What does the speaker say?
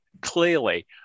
clearly